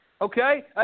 okay